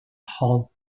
hal